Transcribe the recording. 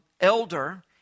Elder